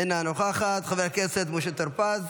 אינה נוכחת, חבר הכנסת משה טור פז,